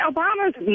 Obama's